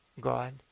God